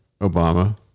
Obama